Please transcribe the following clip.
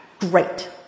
Great